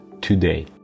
today